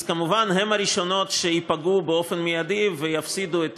כמובן הן הראשונות שייפגעו באופן מיידי ויפסידו את